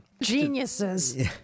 Geniuses